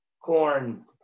corn